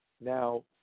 Now